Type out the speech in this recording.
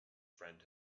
friend